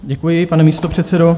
Děkuji, pane místopředsedo.